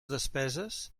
despeses